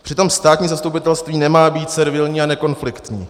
Přitom státní zastupitelství nemá být servilní a nekonfliktní.